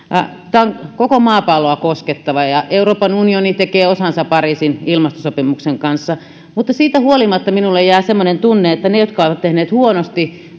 tämä on koko maapalloa koskettava ja euroopan unioni tekee osansa pariisin ilmastosopimuksen kanssa mutta siitä huolimatta minulle jää semmoinen tunne että ne jotka ovat tehneet huonosti